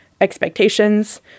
expectations